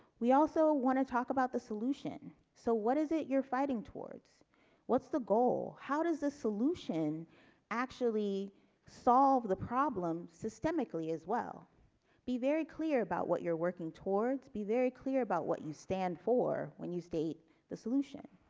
we also want to talk about the solution so what is it you're fighting towards what's the goal how does a solution actually solve the problem systemically as well be very clear about what you're working towards be very clear about what you stand for when you state the solution.